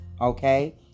Okay